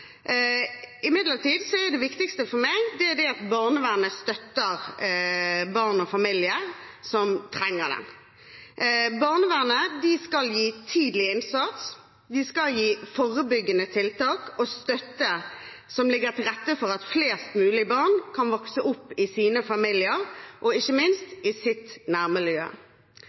Imidlertid er det viktigste for meg at barnevernet støtter barn og familier som trenger det. Barnevernet skal sørge for tidlig innsats, for forebyggende tiltak og gi støtte som legger til rette for at flest mulig barn kan vokse opp i sine familier og ikke minst i sitt nærmiljø.